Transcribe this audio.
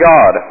God